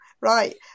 right